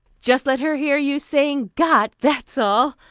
just let her hear you saying got, that's all,